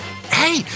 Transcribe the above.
Hey